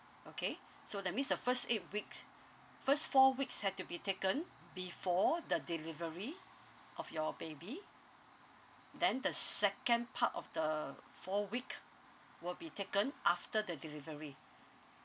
okay so that means the first eight week first four weeks had to be taken before the delivery of your baby then the second part of the four week will be taken after the delivery